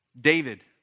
David